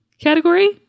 category